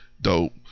dope